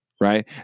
right